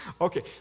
Okay